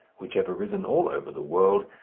which have arisen all over the world,